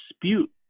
dispute